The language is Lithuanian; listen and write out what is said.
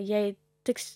jai tiks